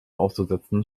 auszusetzen